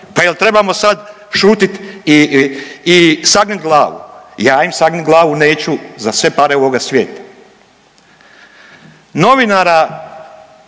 Pa je l' trebamo sad šutit i sagnit glavu? Ja im sagnit glavu neću za sve pare ovoga svijeta. Novinara